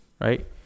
right